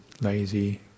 lazy